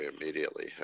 immediately